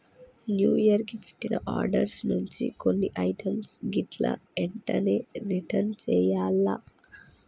new year కి పెట్టిన orders నుంచి కొన్ని ఐటమ్స్ గిట్లా ఎంటనే రిటర్న్ చెయ్యాల్ల